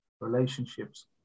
relationships